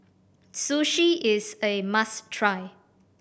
sushi is a must try